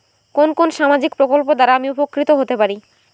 কোন কোন সামাজিক প্রকল্প দ্বারা আমি উপকৃত হতে পারি?